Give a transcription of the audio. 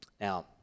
Now